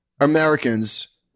Americans